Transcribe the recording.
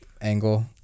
angle